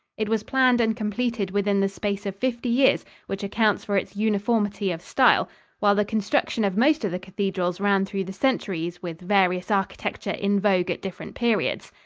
it was planned and completed within the space of fifty years, which accounts for its uniformity of style while the construction of most of the cathedrals ran through the centuries with various architecture in vogue at different periods.